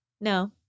No